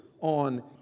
on